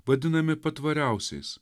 vadinami patvariausiais